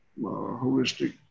holistic